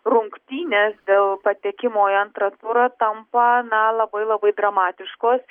rungtynės dėl patekimo į antrą turą tampa na labai labai dramatiškos